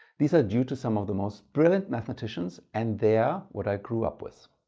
these are due to some of the most brilliant mathematicians and they are what i grew up with.